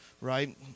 right